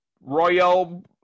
royal